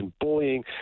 bullying